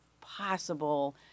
possible